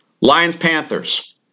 Lions-Panthers